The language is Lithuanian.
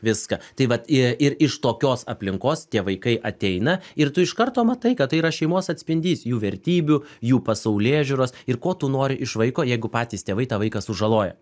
viską tai vat i ir iš tokios aplinkos tie vaikai ateina ir tu iš karto matai kad tai yra šeimos atspindys jų vertybių jų pasaulėžiūros ir ko tu nori iš vaiko jeigu patys tėvai tą vaiką sužaloja